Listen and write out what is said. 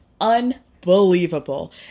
Unbelievable